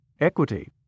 Equity